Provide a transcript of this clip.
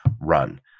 run